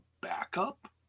backup